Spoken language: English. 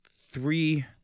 three